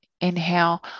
inhale